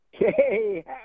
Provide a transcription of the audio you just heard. Hey